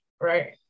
right